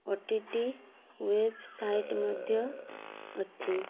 ଓ T T website ମଧ୍ୟ ଅଛି